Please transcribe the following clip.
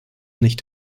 nicht